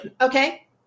Okay